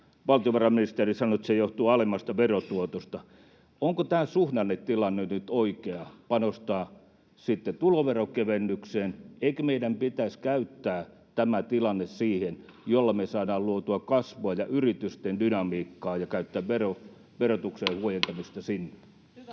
Valtiovarainministeri sanoi, että se johtuu alemmasta verotuotosta. Onko tässä suhdannetilanteessa nyt oikea aika panostaa tuloverokevennykseen, eikö meidän pitäisi käyttää tämä tilanne siihen, että me saadaan luotua kasvua ja yritysten dynamiikkaa, ja käyttää verotuksen huojentamista sinne? [Suna